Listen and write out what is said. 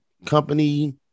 Company